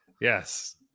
Yes